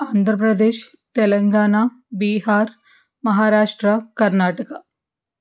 Andhra Pradesh Telangana Bihar Maharashtra Karnataka